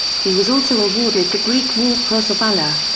he was also awarded the greek war cross of valour.